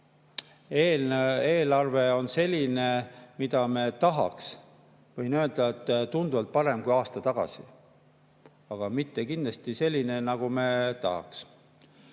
eelarve on selline, nagu me tahaks? Võin öelda, et tunduvalt parem kui aasta tagasi, aga kindlasti mitte selline, nagu me tahaks.